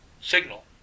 signal